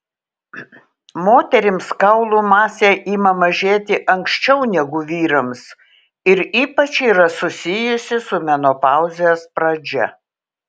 moterims kaulų masė ima mažėti anksčiau negu vyrams ir ypač yra susijusi su menopauzės pradžia